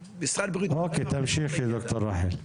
אוקי, תמשיכי דוקטור רחל.